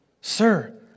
Sir